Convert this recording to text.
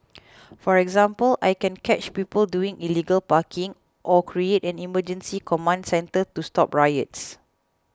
for example I can catch people doing illegal parking or create an emergency command centre to stop riots